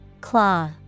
Claw